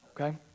okay